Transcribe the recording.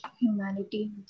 humanity